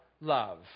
love